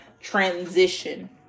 transition